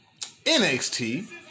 NXT